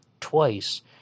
twice